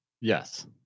Yes